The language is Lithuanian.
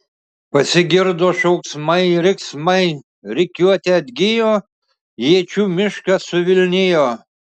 pasigirdo šauksmai riksmai rikiuotė atgijo iečių miškas suvilnijo